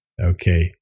Okay